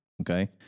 okay